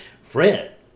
Fred